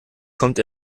kommt